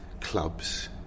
clubs